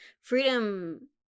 Freedom